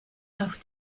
auf